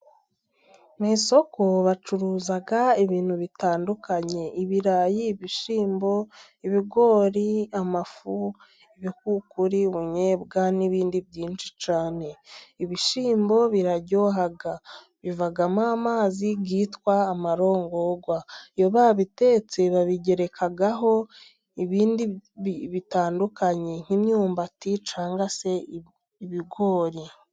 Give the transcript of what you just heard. Mu isoko bacuruza ibintu bitandukanye ibirayi, ibishyimbo ,ibigori, amafu, ibikukuri, ubunyobwa n'ibindi byinshi cyane. ibishyimbo biraryoha bivamo amazi yitwa amarongorwa. Iyo babitetse babigerekagaho ibindi bitandukanye nk'imyumbati cyangwa se ibigori.